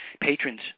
patrons